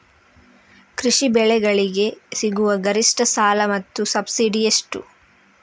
ಕೃಷಿ ಬೆಳೆಗಳಿಗೆ ಸಿಗುವ ಗರಿಷ್ಟ ಸಾಲ ಮತ್ತು ಸಬ್ಸಿಡಿ ಎಷ್ಟು?